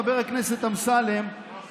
חבר הכנסת אמסלם,